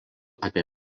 apie